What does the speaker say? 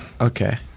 Okay